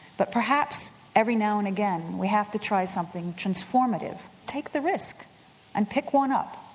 but perhaps every now and again we have to try something transformative, take the risk and pick one up.